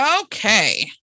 Okay